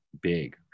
big